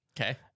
Okay